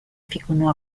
fino